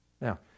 Now